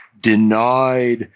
denied